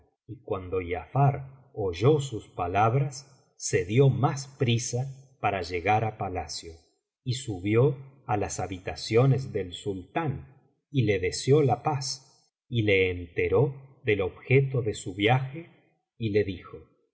y cuando giafar oyó sus palabras se dio más prisa para llegar á palacio y subió á las habitaciones del sultán y le deseó la paz y le enteró del objeto de su viaje y le dijo